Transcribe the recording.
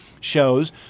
shows